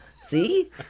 See